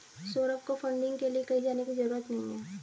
सौरभ को फंडिंग के लिए कहीं जाने की जरूरत नहीं है